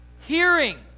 Hearing